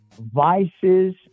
vices